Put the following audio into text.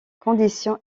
conditions